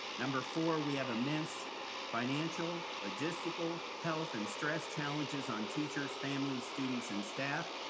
number four, we have immense financial, logistical health and stress challenges on teachers, families, students and staff,